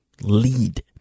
lead